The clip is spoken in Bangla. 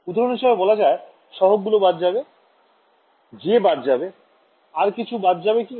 উদাহরণ হিসেবে বলা যায় সহগগুলো বাদ চলে যাবে j বাদ যাবে আর কিছু বাদ যাবে কি